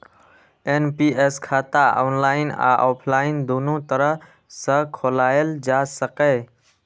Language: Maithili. एन.पी.एस खाता ऑनलाइन आ ऑफलाइन, दुनू तरह सं खोलाएल जा सकैए